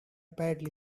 badly